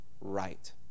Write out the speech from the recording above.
right